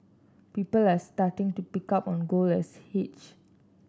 people are starting to pick up on gold as hedge